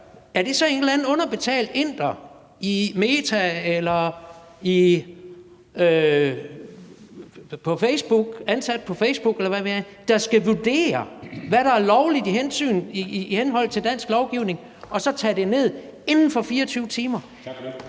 er det så en eller anden underbetalt inder i Meta eller ansat på Facebook, eller hvad ved jeg, der skal vurdere, hvad der er lovligt i henhold til dansk lovgivning, og så tage det ned inden for 24 timer?